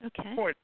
Okay